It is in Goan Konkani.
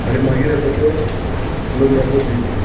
आनी मागीर येता ते लग्नाचो दीस